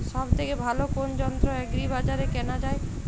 সব থেকে ভালো কোনো যন্ত্র এগ্রি বাজারে কেনা যায়?